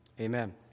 Amen